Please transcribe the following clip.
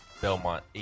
Belmont